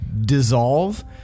dissolve